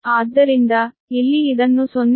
ಆದ್ದರಿಂದ ಇಲ್ಲಿ ಇದನ್ನು 0